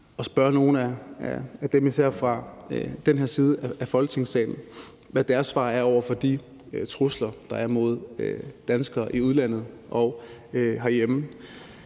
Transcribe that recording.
at spørge nogle af dem fra især den her side af Folketingssalen, hvad deres svar er på de trusler, der er mod danskere i udlandet og herhjemme.